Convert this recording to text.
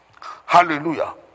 Hallelujah